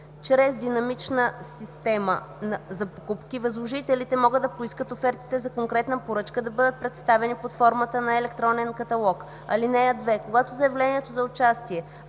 чрез Динамичната система за покупки възложителите могат да поискат офертите за конкретната поръчка да бъдат представени под формата на електронен каталог. (2) Когато заявлението за участие